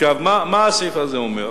מה הסעיף הזה אומר?